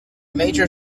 major